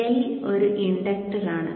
L ഒരു ഇൻഡക്ടറാണ്